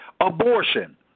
abortion